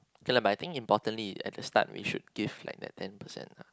okay lah by think importantly at the start we should give like that ten percent lah